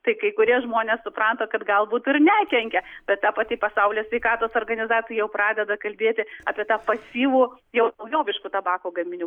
tai kai kurie žmonės suprato kad galbūt ir nekenkia bet ta pati pasaulio sveikatos organizacija jau pradeda kalbėti apie tą pasyvų jau naujoviškų tabako gaminių